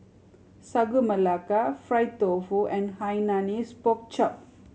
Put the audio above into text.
Sagu Melaka fried tofu and Hainanese Pork Chop